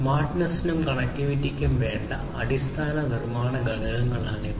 സ്മാർട്ട്നെസിനും കണക്റ്റിവിറ്റിക്കും വേണ്ട അടിസ്ഥാന നിർമാണ ഘടകങ്ങളാണ് ഇവ